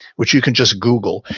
which you can just google,